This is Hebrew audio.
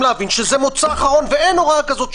להבין שזה מוצא אחרון ואין הוראה כזאת.